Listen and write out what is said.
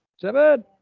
Seven